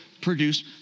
produce